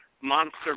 Monster